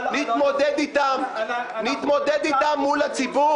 נתמודד איתן מול הציבור.